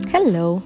Hello